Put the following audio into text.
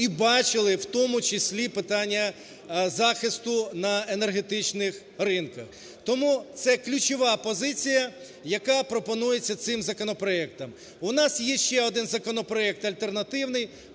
і бачили, в тому числі питання захисту на енергетичних ринках. Тому це ключова позиція, яка пропонується цим законопроектом. У нас є ще один законопроект альтернативний,